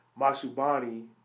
Masubani